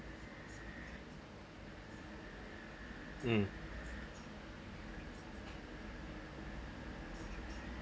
mm